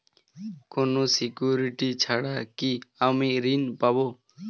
কোনো সিকুরিটি ছাড়া কি আমি ঋণ পাবো?